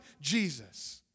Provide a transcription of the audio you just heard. Jesus